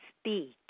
speak